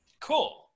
cool